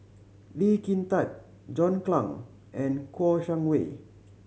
Lee Kin Tat John Clang and Kouo Shang Wei